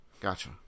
Gotcha